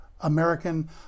American